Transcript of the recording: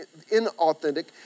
inauthentic